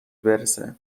برسه